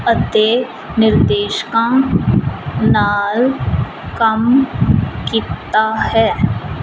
ਅਤੇ ਨਿਰਦੇਸ਼ਕਾਂ ਨਾਲ ਕੰਮ ਕੀਤਾ ਹੈ